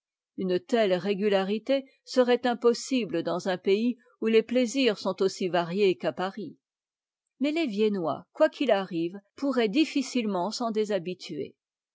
une telle régularité serait impossible dans un pays où les plaisirs sont aussi variés qu'àparis mais lesviennois quoi qu'il arrive pourraient difficilement s'en déshabituer